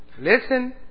Listen